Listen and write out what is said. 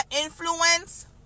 influence